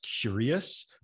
curious